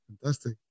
Fantastic